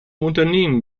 unternehmen